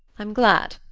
i'm glad,